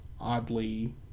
oddly